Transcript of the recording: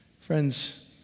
Friends